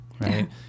right